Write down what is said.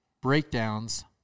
breakdowns